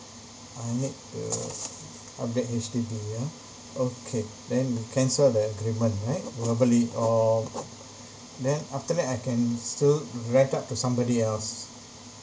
I need to update H_D_B ya okay then we cancel the agreement right verbally or then after that I can still rent out to somebody else